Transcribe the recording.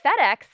FedEx